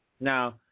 Now